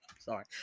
sorry